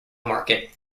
market